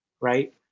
right